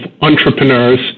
entrepreneurs